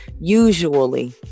usually